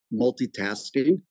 multitasking